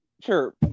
Sure